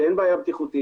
שאין בעיה בטיחותית.